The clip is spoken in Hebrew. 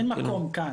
אין מקום כאן.